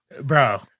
bro